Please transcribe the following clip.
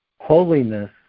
Holiness